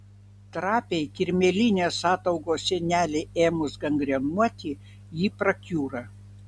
trapiai kirmėlinės ataugos sienelei ėmus gangrenuoti ji prakiūra